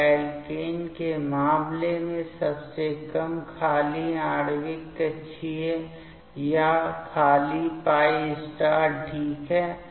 और एल्केन के मामले में सबसे कम खाली आणविक कक्षीय यह खाली π ठीक है